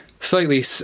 slightly